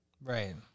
Right